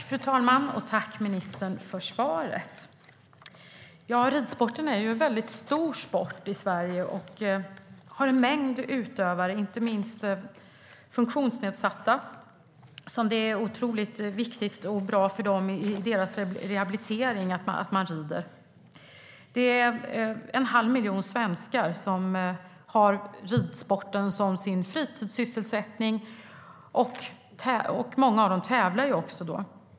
Fru talman! Tack för svaret, ministern! Ridsporten är en väldigt stor sport i Sverige. Den har en mängd utövare, inte minst funktionsnedsatta. Det är otroligt viktigt och bra för dem i deras rehabilitering att de rider. Det är en halv miljon svenskar som har ridsporten som sin fritidssysselsättning. Många av dem tävlar också.